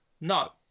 no